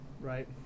right